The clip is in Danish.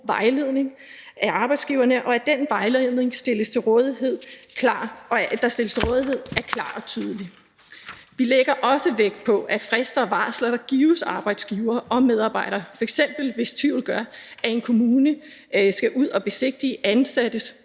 vejledning af arbejdsgiverne, og at den vejledning, der stillles til rådighed, er klar og tydelig. Vi lægger også vægt på i forhold til de frister og varsler, der gives til arbejdsgivere og medarbejdere – f.eks. hvis tvivl gør, at en kommune skal ud og besigtige de ansattes